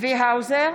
צבי האוזר,